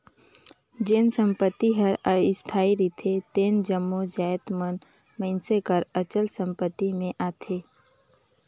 जेन संपत्ति हर अस्थाई रिथे तेन जम्मो जाएत मन मइनसे कर अचल संपत्ति में आथें